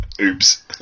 oops